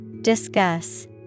Discuss